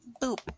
boop